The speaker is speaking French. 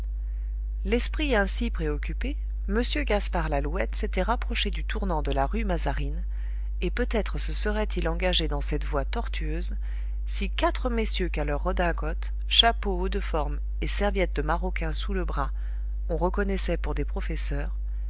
l'esprit ainsi préoccupé m gaspard lalouette s'était rapproché du tournant de la rue mazarine et peut-être se serait-il engagé dans cette voie tortueuse si quatre messieurs qu'à leur redingote chapeau haut de forme et serviette de maroquin sous le bras on reconnaissait pour des professeurs